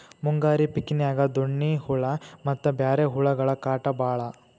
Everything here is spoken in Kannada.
ಮುಂಗಾರಿ ಪಿಕಿನ್ಯಾಗ ಡೋಣ್ಣಿ ಹುಳಾ ಮತ್ತ ಬ್ಯಾರೆ ಹುಳಗಳ ಕಾಟ ಬಾಳ